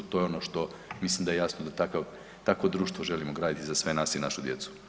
To je ono što mislim da je jasno da takvo društvo želimo graditi za sve nas i našu djecu.